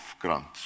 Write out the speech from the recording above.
grants